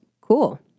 cool